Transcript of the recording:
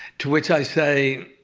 to which i say,